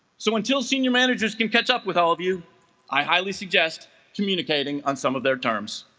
so until senior managers can catch up with all of you i highly suggest communicating on some of their terms